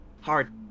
hard